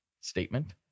statement